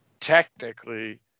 technically